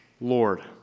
Lord